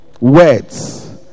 Words